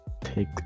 take